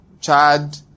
Chad